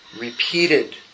repeated